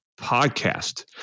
Podcast